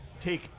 take